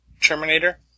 Terminator